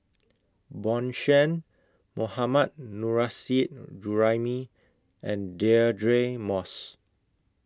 Bjorn Shen Mohammad Nurrasyid Juraimi and Deirdre Moss